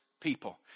people